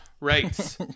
Right